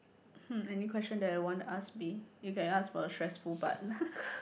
hmm any question that you wanna ask me you can ask about the stressful part